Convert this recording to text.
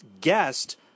guest